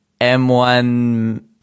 M1